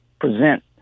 present